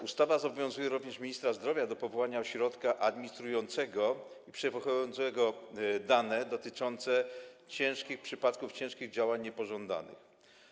Ustawa zobowiązuje również ministra zdrowia do powołania ośrodka administrującego, przechowującego dane dotyczące przypadków ciężkich działań niepożądanych.